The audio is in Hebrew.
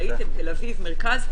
ראיתם במחוז תל-אביב ומחוז מרכז.